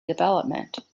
development